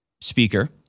speaker